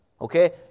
Okay